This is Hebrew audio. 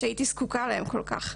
שהייתי זקוקה להם כל כך.